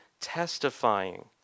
testifying